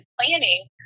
planning